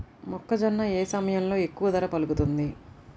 మొక్కజొన్న ఏ సమయంలో ఎక్కువ ధర పలుకుతుంది?